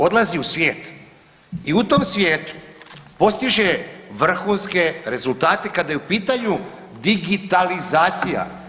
Odlazi u svijet i u tom svijetu postiže vrhunske rezultate kada je u pitanju digitalizacija.